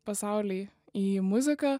pasaulį į muziką